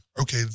Okay